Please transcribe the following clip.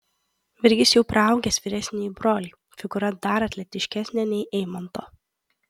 virgis jau praaugęs vyresnįjį brolį figūra dar atletiškesnė nei eimanto